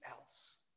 else